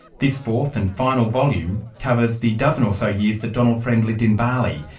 this fourth and final volume covers the dozen or so years that donald friend lived in bali,